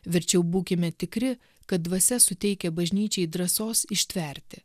verčiau būkime tikri kad dvasia suteikia bažnyčiai drąsos ištverti